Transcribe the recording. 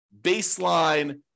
baseline